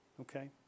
Okay